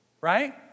Right